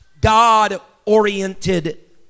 God-oriented